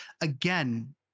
Again